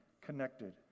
connected